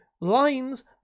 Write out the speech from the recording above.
lines